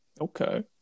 Okay